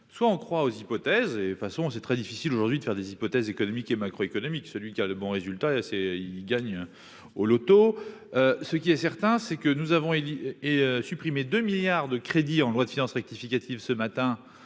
soit on croit aux hypothèses et de toute façon, c'est très difficile aujourd'hui de faire des hypothèses économiques et macro économique, celui qui a de bons résultats, c'est il gagne au Loto, ce qui est certain, c'est que nous avons est supprimé 2 milliards de crédits en loi de finances rectificative ce matin